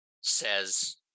says